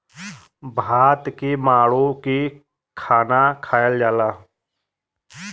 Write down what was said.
भात के माड़ो के खाना खायल जाला